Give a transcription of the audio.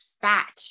fat